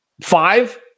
five